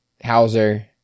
Hauser